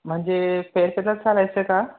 म्हणजे चालायचं का